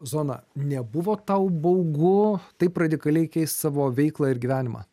zona nebuvo tau baugu taip radikaliai keist savo veiklą ir gyvenimą